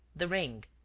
the ring!